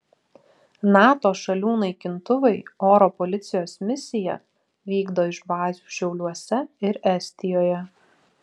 nato šalių naikintuvai oro policijos misiją vykdo iš bazių šiauliuose ir estijoje